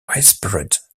whispered